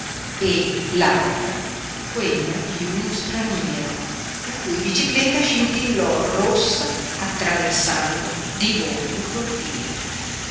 e l'altra quella di uno straniero la cui bicicletta scintillò rossa attraversando di volo il cortile